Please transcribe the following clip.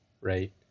right